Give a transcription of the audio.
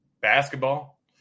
basketball